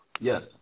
Yes